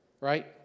right